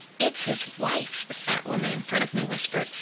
it's his wife, the fat woman in front of me whispered.